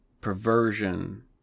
perversion